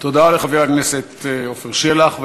תודה לחבר הכנסת עפר שלח.